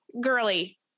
Girly